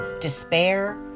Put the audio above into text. despair